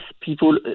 people